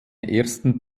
ersten